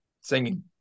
singing